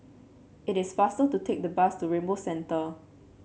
it is faster to take the bus to Rainbow Centre